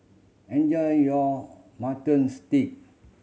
enjoy your Mutton Stew